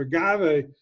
agave